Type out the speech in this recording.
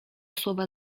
słowa